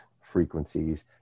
frequencies